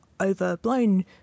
overblown